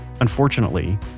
Unfortunately